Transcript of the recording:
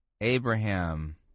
Abraham